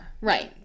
right